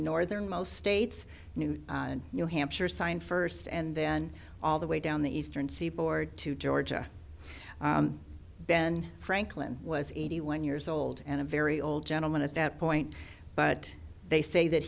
northern most states new hampshire signed first and then all the way down the eastern seaboard to georgia ben franklin was eighty one years old and a very old gentleman at that point but they say that